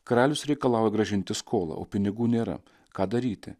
karalius reikalauja grąžinti skolą o pinigų nėra ką daryti